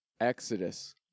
Exodus